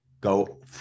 go